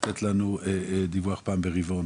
לתת לנו דיווח פעם ברבעון